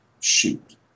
shoot